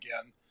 again